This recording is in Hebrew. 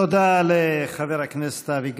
תודה לחבר הכנסת אבי